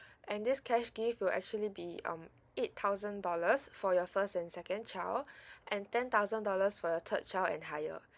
and this cash gift will actually be um eight thousand dollars for your first and second child and ten thousand dollars for your third child and higher